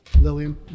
Lillian